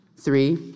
three